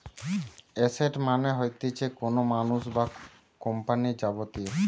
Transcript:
asset মানে হতিছে কোনো মানুষ বা কোম্পানির যাবতীয়